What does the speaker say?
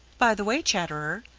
by the way, chatterer,